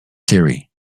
theory